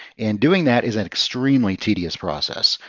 and doing that is an extremely tedious process,